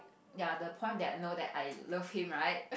ya the point that I know that I love him right